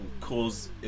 cause